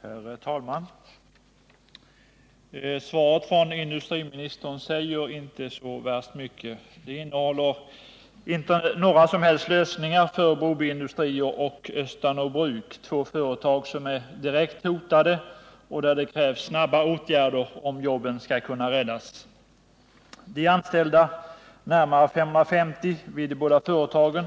Herr talman! Svaret från industriministern säger inte särskilt mycket. Det innehåller inte några som helst lösningar för Broby Industrier och Östanå bruk, två företag som är direkt hotade och där det krävs snabba åtgärder om jobben skall kunna räddas. De anställda, närmare 550 vid de båda företagen,